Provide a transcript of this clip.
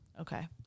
Okay